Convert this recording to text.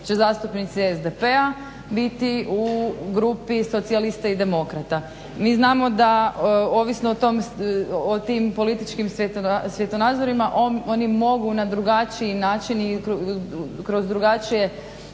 će zastupnici SDP-a biti u grupi socijalista i demokrata. Mi znamo da ovisno o tim političkim svjetonazorima oni mogu na drugačiji način i kroz drugačije